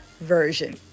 version